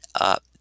up